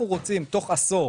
אנחנו רוצים תוך עשור